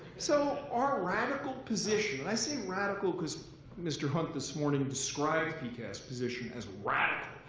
so our radical position, and i say radical because mr. hunt this morning described pcast's position as radical,